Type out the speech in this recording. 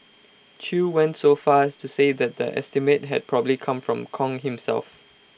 chew went so far as to say that the estimate had probably come from Kong himself